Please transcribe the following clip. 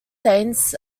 saints